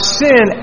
sin